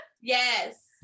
Yes